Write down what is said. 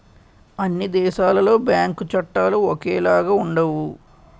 అన్ని దేశాలలో బ్యాంకు చట్టాలు ఒకేలాగా ఉండవు